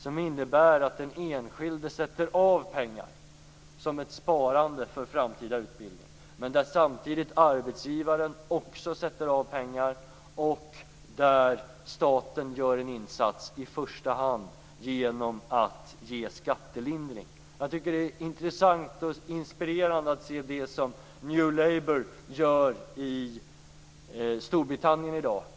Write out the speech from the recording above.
Det innebär att den enskilde sätter av pengar som ett sparande för framtida utbildning samtidigt som också arbetsgivaren sätter av pengar. Staten gör där en insats i första hand genom att ge skattelindring. Jag tycker att det är intressant och inspirerande att se det som New Labour gör i Storbritannien i dag.